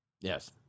Yes